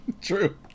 True